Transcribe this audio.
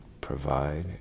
provide